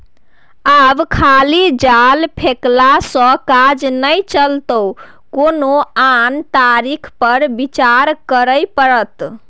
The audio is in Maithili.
आब खाली जाल फेकलासँ काज नहि चलतौ कोनो आन तरीका पर विचार करय पड़त